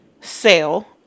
sale